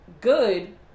good